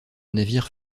navire